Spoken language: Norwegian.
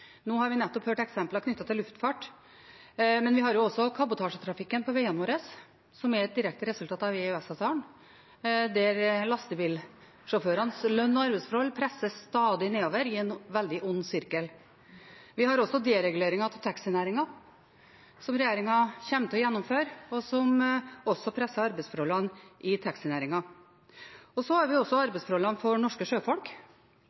Nå har vi nettopp hørt eksempler knyttet til luftfart. Men vi har også kabotasjetrafikken på veiene våre, som er et direkte resultat av EØS-avtalen. Lastebilsjåførenes lønns- og arbeidsforhold presses stadig nedover i en veldig ond sirkel. Vi har også dereguleringen av taxinæringen, som regjeringen kommer til å gjennomføre, og som også presser arbeidsforholdene i taxinæringen. Så har vi arbeidsforholdene for norske sjøfolk.